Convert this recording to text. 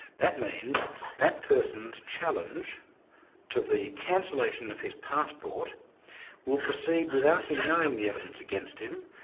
that means that person's challenge to the cancellation of his passport will proceed without him knowing the evidence against him,